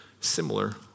similar